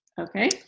Okay